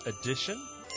edition